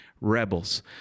rebels